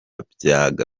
byabaga